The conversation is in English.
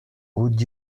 would